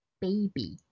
Baby